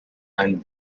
and